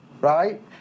right